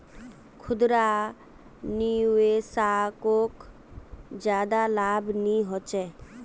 खुदरा निवेशाकोक ज्यादा लाभ नि होचे